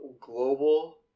global